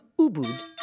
Ubud